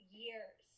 years